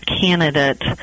candidate